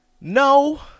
No